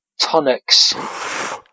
Tonics